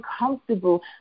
uncomfortable